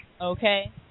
Okay